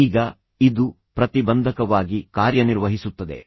ಈಗ ಇದು ಪ್ರತಿಬಂಧಕವಾಗಿ ಕಾರ್ಯನಿರ್ವಹಿಸುತ್ತದೆ